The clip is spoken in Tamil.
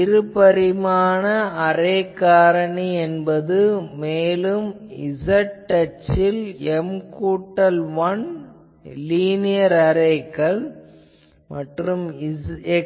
இரு பரிமாண அரே காரணி என்பது மேலும் z அச்சில் M கூட்டல் 1 லீனியர் அரேக்கள் மற்றும்